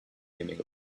naming